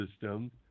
system